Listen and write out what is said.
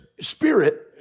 spirit